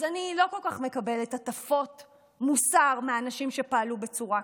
אז אני לא כל כך מקבלת הטפות מוסר מאנשים שפעלו בצורה כזאת.